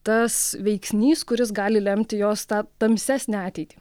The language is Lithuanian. tas veiksnys kuris gali lemti jos tą tamsesnę ateitį